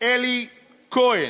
אלי כהן.